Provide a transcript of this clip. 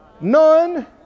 None